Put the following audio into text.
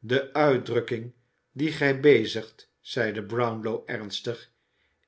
de uitdrukking die gij bezigt zeide brownlow ernstig